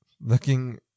Looking